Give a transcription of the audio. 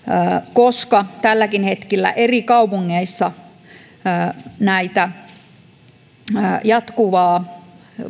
koska tälläkin hetkellä eri kaupungeissa tätä jatkuvaa